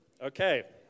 Okay